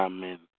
Amen